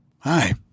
Hi